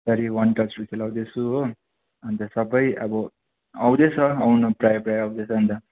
बिस्तारी वान टच खेलाउँदैछु हो अन्त सबै अब आउँदैछ आउनु प्रायः प्रायः आउँदै जान्छ